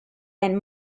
and